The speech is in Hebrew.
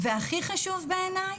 הכי חשוב בעיניי,